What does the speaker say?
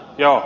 joo